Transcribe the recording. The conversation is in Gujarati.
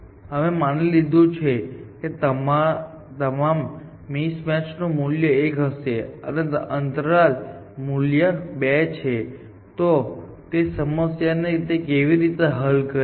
અમે માની લીધું છે કે તમામ મિસમેચનું મૂલ્ય 1 હશે અને અંતરાલ મૂલ્ય 2 છે તો તે સમસ્યાને કેવી રીતે હલ કરે છે